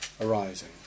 arising